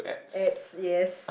apps yes